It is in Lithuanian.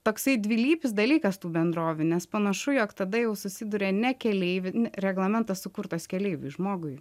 toksai dvilypis dalykas tų bendrovių nes panašu jog tada jau susiduria ne keleivių reglamentas sukurtas keleiviui žmogui